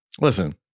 listen